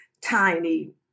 tiny